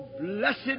blessed